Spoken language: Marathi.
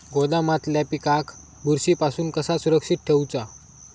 गोदामातल्या पिकाक बुरशी पासून कसा सुरक्षित ठेऊचा?